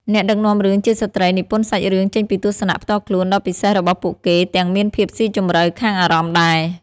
អ្នកដឹកនាំរឿងជាស្ត្រីនិពន្ធសាច់រឿងចេញពីទស្សនៈផ្ទាល់ខ្លួនដ៏ពិសេសរបស់ពួកគេ ទាំងមានភាពសុីជម្រៅខាងអារម្មណ៍ដែរ។